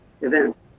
events